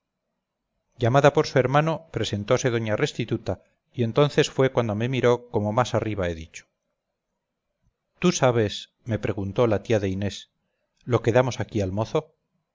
llamada por su hermano presentose doña restituta y entonces fue cuando me miró como más arriba he dicho tú sabes me preguntó la tía de inés lo quedamos aquí al mozo